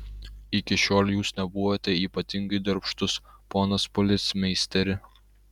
iki šiol jūs nebuvote ypatingai darbštus ponas policmeisteri